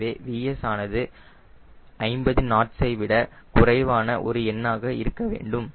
எனவே VS ஆனது 50 knots ஐ விட குறைவான ஒரு எண்ணாக இருக்கவேண்டும்